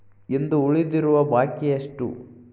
ಇಂದು ಉಳಿದಿರುವ ಬಾಕಿ ಎಷ್ಟು?